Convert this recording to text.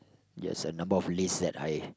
yes a number of list that I